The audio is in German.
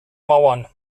mauern